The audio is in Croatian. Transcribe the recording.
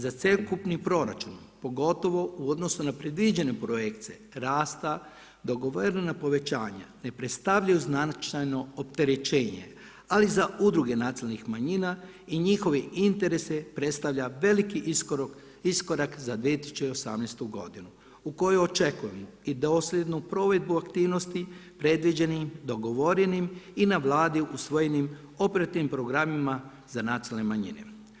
Za sveukupni proračun pogotovo u odnosu na predviđene projekte rasta dogovorena povećanja ne predstavljaju značajno opterećenje ali za udruge nacionalnih manjina i njihove interese predstavlja veliki iskorak za 2018. godinu u kojoj očekujemo i dosljednu provedbu aktivnosti predviđenim dogovorenim i na Vladi usvojenim operativnim programima za nacionalne manjine.